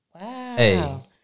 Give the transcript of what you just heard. Wow